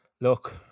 look